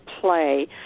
play